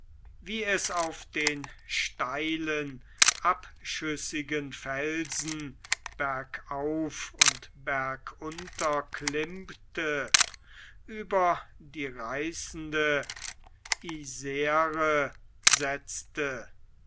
wie es auf den steilen abschüssigen felsen bergauf und bergunter klimmte über die reißende isre setzte